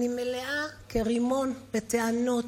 אני מלאה כרימון בטענות,